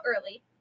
early